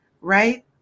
right